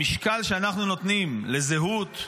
המשקל שאנחנו נותנים לזהות,